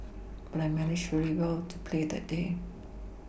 but I managed very well to play that day